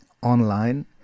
Online